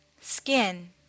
skin